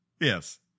Yes